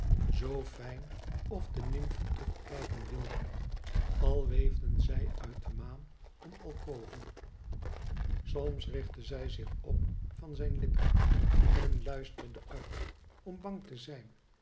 zoo fijn of de nymfen toch kijken wilden al weefden zij uit de maan een alkove soms richtte zij zich op van zijn lippen en luisterde uit om bang te zijn